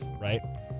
right